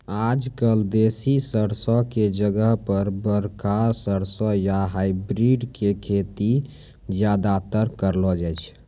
आजकल देसी सरसों के जगह पर बड़का सरसों या हाइब्रिड के खेती ज्यादातर करलो जाय छै